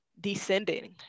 descending